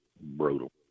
brutal